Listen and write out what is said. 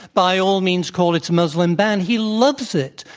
by all means, call it a muslim ban. he loves it,